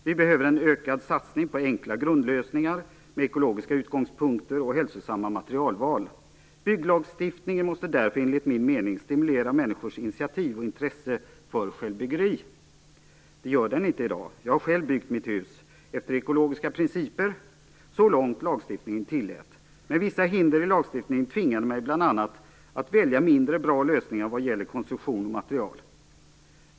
Vi behöver en ökad satsning på enkla grundlösningar med ekologiska utgångspunkter och hälsosamma materialval. Bygglagstiftningen måste därför, enligt min mening, stimulera människors initiativ och intresse för självbyggeri. Det gör den inte i dag. Jag har själv byggt mitt hus efter ekologiska principer så långt lagstiftningen tillät. Men vissa hinder i lagstiftningen tvingade mig bl.a. att välja mindre bra lösningar i fråga om konstruktion och material.